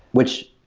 which,